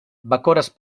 bacores